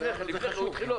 לפני כן,